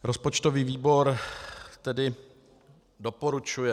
Rozpočtový výbor tedy doporučuje